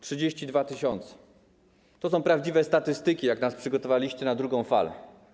32 tys. To są prawdziwe statystyki pokazujące, jak nas przygotowaliście na drugą falę.